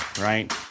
right